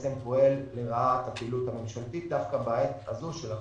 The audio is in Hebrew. פועל לרעת הפעילות הממשלתית דווקא בעת הזו של הקורונה.